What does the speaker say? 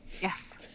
yes